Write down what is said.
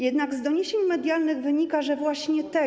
Jednak z doniesień medialnych wynika, że właśnie tego.